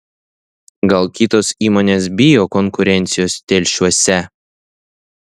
gal kitos įmonės bijo konkurencijos telšiuose